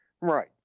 Right